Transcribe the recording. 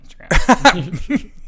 Instagram